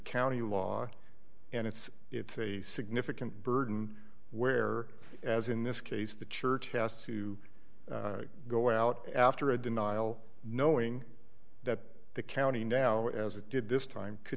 county law and it's it's a significant burden where as in this case the church has to go out after a denial knowing that the county now as it did this time